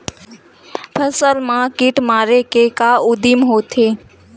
फसल मा कीट मारे के का उदिम होथे?